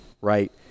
right